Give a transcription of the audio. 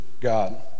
God